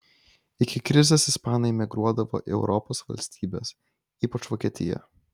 iki krizės ispanai emigruodavo į europos valstybes ypač vokietiją